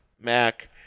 Mac